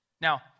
Now